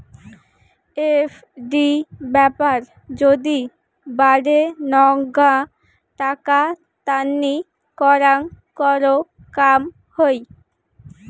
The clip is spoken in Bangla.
এফ.ডি ব্যাপার যদি বাডেনগ্না টাকা তান্নি করাং কর কম হই